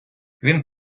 він